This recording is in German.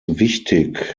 wichtig